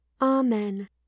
Amen